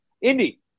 Indy